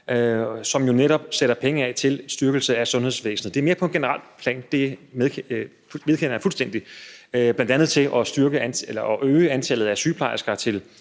der netop sættes penge af til en styrkelse af sundhedsvæsenet. Det er mere på et generelt plan, det vedkender jeg mig fuldstændig. Det er bl.a. til at øge antallet af sygeplejersker med